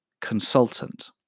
consultant